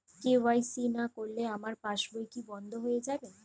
KYC না করলে আমার পাশ বই কি বন্ধ হয়ে যাবে?